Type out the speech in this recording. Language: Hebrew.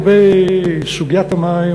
לגבי סוגיית המים,